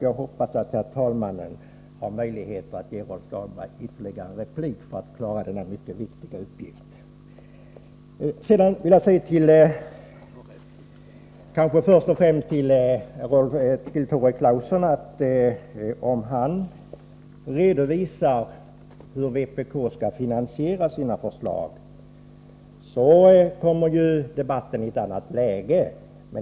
Jag hoppas att herr talmannen har möjligheter att ge Rolf Dahlberg ytterligare repliktid så att han kan klara denna mycket viktiga uppgift. Jag vill sedan säga till Tore Claeson att om han redovisar hur vpk skall finansiera sina förslag, då kommer debatten i ett annat läge.